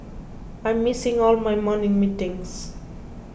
I'm missing all my morning meetings